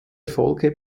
erfolge